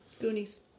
Goonies